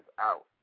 out